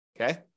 okay